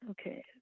Okay